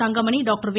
Thangamani doctor வே